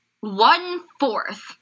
one-fourth